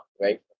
right